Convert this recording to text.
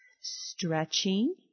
stretching